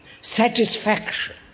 satisfaction